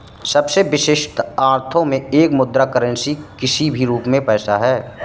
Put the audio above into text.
सबसे विशिष्ट अर्थों में एक मुद्रा करेंसी किसी भी रूप में पैसा है